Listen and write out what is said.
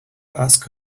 ask